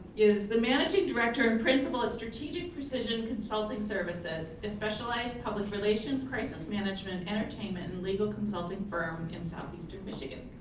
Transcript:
is the managing director and principal at strategic precision consulting services, a specialized public relations crisis management, entertainment, and legal consulting firm in southeastern michigan.